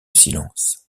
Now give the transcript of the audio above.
silence